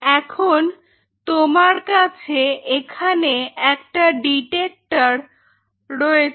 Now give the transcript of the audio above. এখন তোমার কাছে এখানে একটা ডিটেক্টর রয়েছে